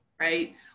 right